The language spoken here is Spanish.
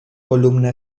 columna